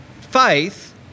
faith